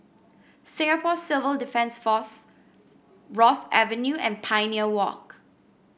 Singapore Civil Defence Force Ross Avenue and Pioneer Walk